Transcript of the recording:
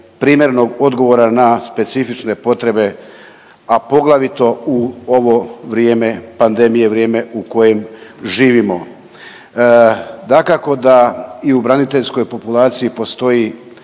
primjerenog odgovora na specifične potrebe, a poglavito u ovo vrijeme pandemije, vrijeme u kojem živimo. Dakako da i u braniteljskoj populaciji postoji